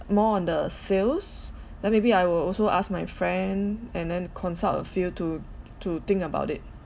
more on the sales then maybe I will also ask my friend and then consult a few to to think about it